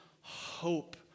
hope